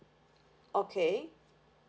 okay